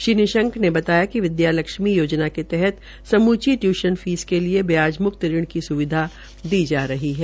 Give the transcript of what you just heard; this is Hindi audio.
श्री निशंक ने बताया कि विद्यालक्ष्मी योजना के तहत समूची टयूशन फीस के लिए मुक्त ऋण की सुविधा दी जा रही है